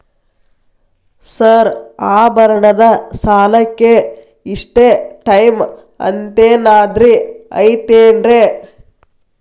Sir ಆಭರಣದ ಸಾಲಕ್ಕೆ ಇಷ್ಟೇ ಟೈಮ್ ಅಂತೆನಾದ್ರಿ ಐತೇನ್ರೇ?